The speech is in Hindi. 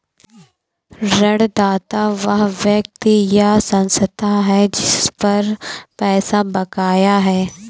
ऋणदाता वह व्यक्ति या संस्था है जिस पर पैसा बकाया है